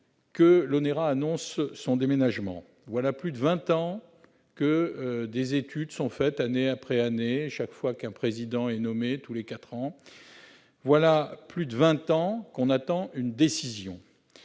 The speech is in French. que l'ONERA annonce son déménagement ! Voilà plus de vingt ans que des études sont faites année après année, chaque fois qu'un président est nommé- tous les quatre ans ! Voilà plus de vingt ans qu'on attend une décision